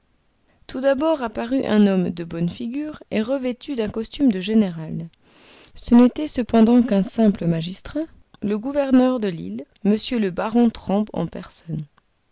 tout d'abord apparut un homme de bonne figure et revêtu d'un costume de général ce n'était cependant qu'un simple magistrat le gouverneur de l'île m le baron trampe en personne